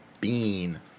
Bean